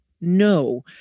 no